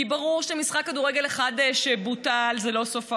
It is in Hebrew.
כי ברור שמשחק כדורגל אחד שבוטל זה לא סוף העולם,